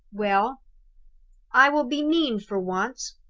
well i will be mean for once.